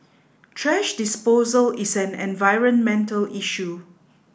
thrash disposal is an environmental issue